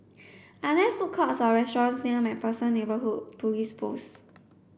are there food courts or restaurants near MacPherson Neighbourhood Police Post